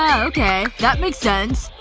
ah okay. that makes sense.